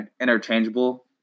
interchangeable